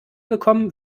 gekommen